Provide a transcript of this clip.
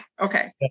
Okay